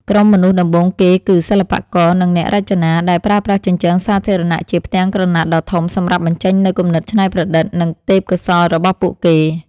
ក្រុមមនុស្សដំបូងគេគឺ សិល្បករ និងអ្នករចនា ដែលប្រើប្រាស់ជញ្ជាំងសាធារណៈជាផ្ទាំងក្រណាត់ដ៏ធំសម្រាប់បញ្ចេញនូវគំនិតច្នៃប្រឌិត និងទេពកោសល្យរបស់ពួកគេ។